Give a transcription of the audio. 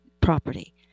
property